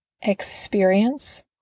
experience